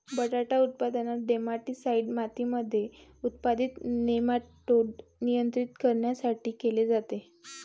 बटाटा उत्पादनात, नेमाटीसाईड मातीमध्ये उत्पादित नेमाटोड नियंत्रित करण्यासाठी केले जाते